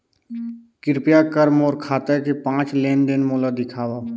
कृपया कर मोर खाता के पांच लेन देन मोला दिखावव